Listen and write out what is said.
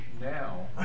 now